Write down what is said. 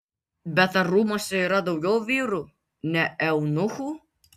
bet ar rūmuose yra daugiau vyrų ne eunuchų